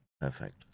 perfect